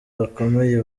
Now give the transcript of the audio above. bakomeye